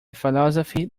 philosophy